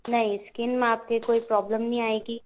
नहीं स्किन में आपके कोई प्रॉब्लम नहीं आएगी